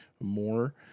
more